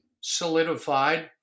solidified